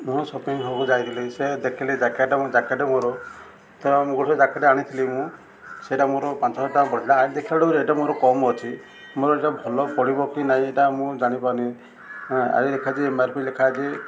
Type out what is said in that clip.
ମୁଁ ସପିଂ ହଲ୍କୁ ଯାଇଥିଲି ସେ ଦେଖିଲି ଜ୍ୟାକେଟ୍ ମୁଁ ଜ୍ୟାକେଟ୍ ମୋର ତ ମୁଁ ଗୋଟେ ଜ୍ୟାକେଟ୍ ଆଣିଥିଲି ମୁଁ ସେଇଟା ମୋର ପାଞ୍ଚହଜାର ଟଙ୍କା ପଡ଼ିଥିଲା ଆଣି ଦେଖିଲା ବେଳକୁ ରେଟ୍ ମୋର କମ୍ ଅଛି ମୋର ଏଇଟା ଭଲ ପଡ଼ିବ କି ନାହିଁ ଏଇଟା ମୁଁ ଜାଣିପାରୁନି ଆଜି ଲେଖାଯାଇଛି ଏମ୍ ଆର୍ ପି ଲେଖାଯାଇଛି